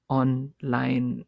online